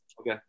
okay